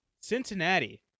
Cincinnati